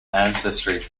ancestry